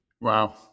Wow